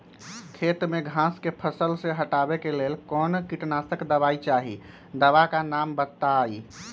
खेत में घास के फसल से हटावे के लेल कौन किटनाशक दवाई चाहि दवा का नाम बताआई?